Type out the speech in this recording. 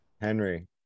Henry